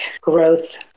growth